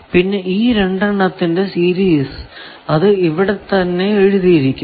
പിന്നെ ഈ രണ്ടെണ്ണത്തിന്റെ സീരീസ് അത് ഇവിടെ തന്നെ എഴുതിയിരിക്കുന്നു